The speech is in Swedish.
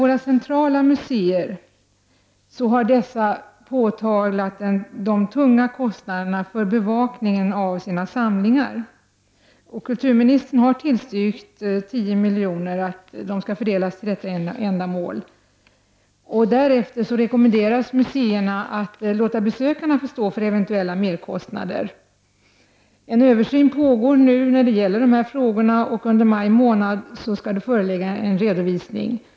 Våra centrala museer har påtalat de tunga kostnaderna för bevakningen av samlingarna. Kulturministern har tillstyrkt att 10 miljoner skall fördelas för detta ändamål. Museerna rekommenderas därefter att låta besökarna få stå för eventuella merkostnader. En översyn pågår nu när det gäller dessa frågor. Under maj månad skall en redovisning föreligga.